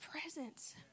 presence